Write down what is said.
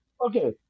Okay